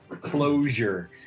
closure